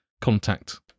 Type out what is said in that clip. contact